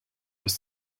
aus